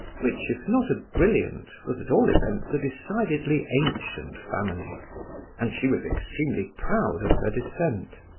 which if not a brilliant, was, at all events, a decidedly ancient family and she was extremely proud of her descent.